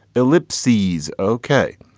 ellipses. ok,